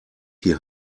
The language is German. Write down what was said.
hier